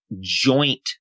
joint